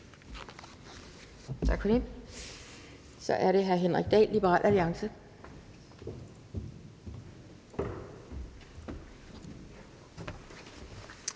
Tak for det. Så er det hr. Henrik Dahl, Liberal Alliance.